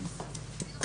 המחיקות.